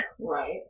Right